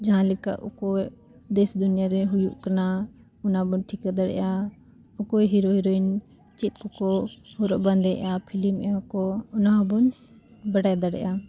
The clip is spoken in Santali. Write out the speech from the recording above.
ᱡᱟᱦᱟᱸ ᱞᱮᱠᱟ ᱚᱠᱚᱭ ᱫᱮᱥ ᱫᱩᱱᱤᱭᱟ ᱨᱮ ᱦᱩᱭᱩᱜ ᱠᱟᱱᱟ ᱚᱱᱟ ᱵᱚᱱ ᱴᱷᱤᱠᱟᱹ ᱫᱟᱲᱮᱭᱟᱜᱼᱟ ᱚᱠᱚᱭ ᱦᱤᱨᱳ ᱦᱤᱨᱳᱭᱤᱱ ᱪᱮᱫ ᱠᱚᱠᱚ ᱦᱚᱨᱚᱜ ᱵᱟᱸᱫᱮᱭᱮᱜᱼᱟ ᱯᱷᱤᱞᱢ ᱮᱜ ᱟᱠᱚ ᱚᱱᱟ ᱦᱚᱸᱵᱚᱱ ᱵᱟᱰᱟᱭ ᱫᱟᱲᱮᱭᱟᱜᱼᱟ